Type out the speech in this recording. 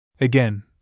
Again